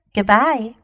Goodbye